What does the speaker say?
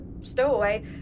stowaway